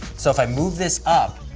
so if i move this up,